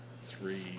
three